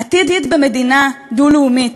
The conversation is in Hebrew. עתיד במדינה דו-לאומית,